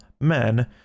men